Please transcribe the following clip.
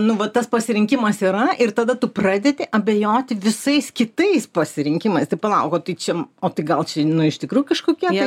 nu va tas pasirinkimas yra ir tada tu pradedi abejoti visais kitais pasirinkimais tai palauk o tai čia o gal čia iš tikrųjų kažkokia